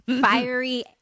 Fiery